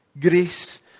Grace